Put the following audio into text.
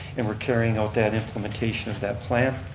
and we're carrying out that implementation of that plan.